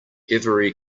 every